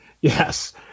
yes